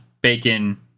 bacon